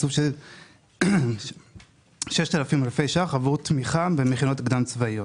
ותקצוב סך של 6,000 אלפי ₪ עבור תמיכה במכינות הקדם צבאיות.